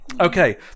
Okay